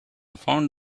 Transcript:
found